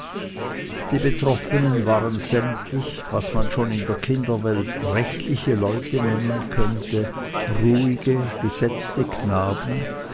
die betroffenen waren sämtlich was man schon in der kinderwelt rechtliche leute nennen könnte ruhige gesetzte knaben